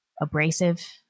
abrasive